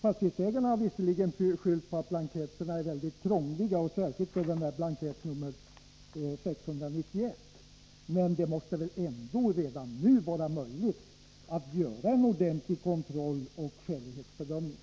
Fastighetsägarna har visserligen skyllt på att blanketterna är väldigt krångliga, särskilt blankett nr 691, men det måste väl ändå redan nu vara möjligt att göra en ordentlig kontroll och skälighetsbedömning?